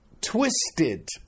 twisted